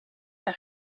par